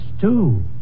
two